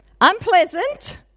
Unpleasant